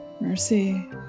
Mercy